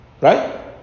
Right